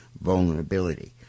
vulnerability